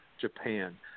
Japan